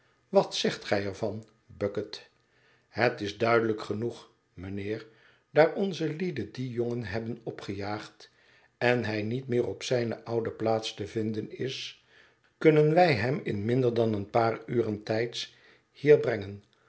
wat zegt gij er van bucket het is duidelijk genoeg mijnheer daar onze lieden dien jongen hebben opgejaagd en hij niet meer op zijne oude plaats te vinden is kunnen wij hem in minder dan een paar uren tij ds hier brengen